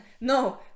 No